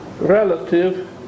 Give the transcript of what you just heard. relative